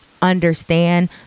understand